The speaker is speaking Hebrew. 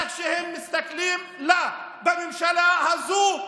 איך שהם מסתכלים בממשלה הזאת,